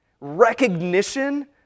recognition